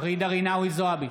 ג'ידא רינאוי זועבי,